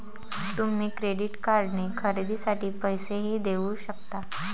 तुम्ही क्रेडिट कार्डने खरेदीसाठी पैसेही देऊ शकता